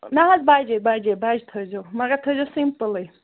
نہَ حظ بَجہِ بَجہِ بَجہِ تھٲوزیٚو مگر تھٲوزیٚو سِمپُلے